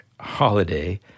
Holiday